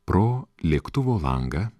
pro lėktuvo langą